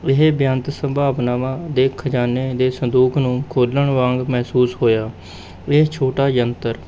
ਇਹ ਬੇਅੰਤ ਸੰਭਾਵਨਾਵਾਂ ਦੇ ਖਜ਼ਾਨੇ ਦੇ ਸੰਦੂਕ ਨੂੰ ਖੋਲ੍ਹਣ ਵਾਂਗ ਮਹਿਸੂਸ ਹੋਇਆ ਇਹ ਛੋਟਾ ਯੰਤਰ